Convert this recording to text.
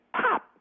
pop